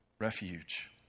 Refuge